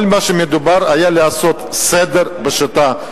כל מה שמדובר עליו הוא לעשות סדר בשיטה.